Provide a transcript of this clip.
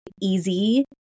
easy